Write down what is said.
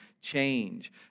change